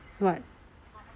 what